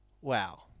Wow